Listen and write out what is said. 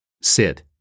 SIT